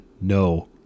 no